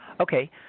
Okay